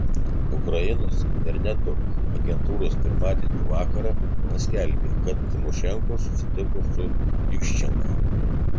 ukrainos interneto agentūros pirmadienio vakarą paskelbė kad tymošenko susitiko su juščenka